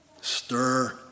Stir